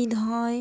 ঈদ হয়